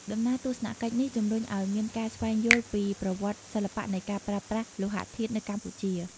ដំណើរទស្សនកិច្ចនេះជំរុញឱ្យមានការស្វែងយល់ពី ប្រវត្តិសិល្បៈ នៃការប្រើប្រាស់លោហធាតុនៅកម្ពុជា។